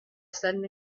sudden